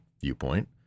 viewpoint